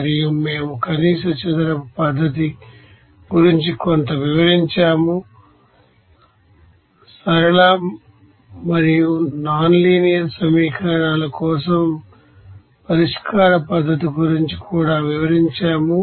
మరియు మేము కనీసం చదరపు పద్ధతి గురించి కొంత వివరించాము సరళ మరియు నాన్ లీనియర్ సమీకరణాల కోసం పరిష్కార పద్దతి గురించి కూడా వివరించాము